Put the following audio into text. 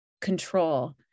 control